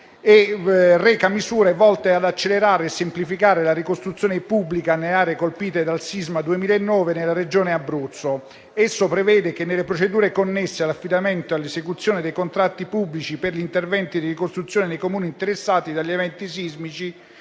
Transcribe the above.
e reca misure volte ad accelerare e semplificare la ricostruzione pubblica nelle aree colpite dal sisma del 2009 nella Regione Abruzzo. Esso prevede che, nelle procedure connesse all'affidamento e all'esecuzione dei contratti pubblici per gli interventi di ricostruzione nei Comuni interessati dagli eventi sismici,